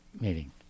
meeting